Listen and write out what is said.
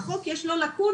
לחוק יש לקונות.